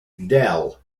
dell